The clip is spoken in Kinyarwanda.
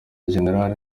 gen